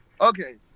Okay